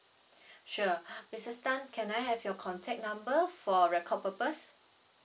sure missus tan can I have your contact number for record purpose